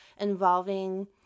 involving